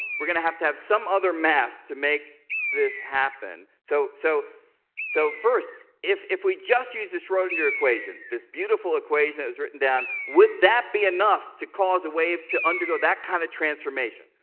we're going to have to have some other math to make this happen. so, so so first, if if we just use the schrodinger equation, this beautiful equation that was written down, would that be enough to cause a wave to undergo that kind of transformation?